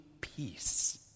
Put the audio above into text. peace